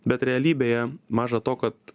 bet realybėje maža to kad